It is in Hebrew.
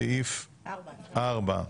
סעיף 4,